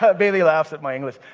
but bailey laughs at my english.